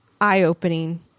eye-opening